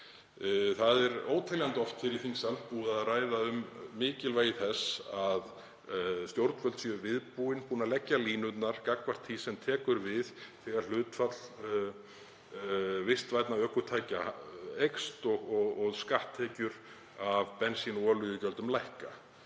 Það er óteljandi oft hér í þingsal búið að ræða mikilvægi þess að stjórnvöld séu viðbúin, séu búin að leggja línurnar fyrir það sem tekur við þegar hlutfall vistvænna ökutækja eykst og skatttekjur af bensín- og olíugjöldum lækka.